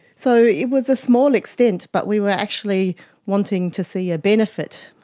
so, it was a small extent, but we were actually wanting to see a benefit.